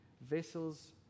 vessels